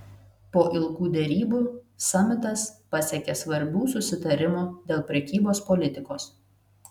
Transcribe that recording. po ilgų derybų samitas pasiekė svarbių susitarimų dėl prekybos politikos